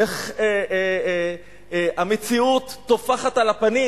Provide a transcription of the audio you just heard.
איך המציאות טופחת על הפנים.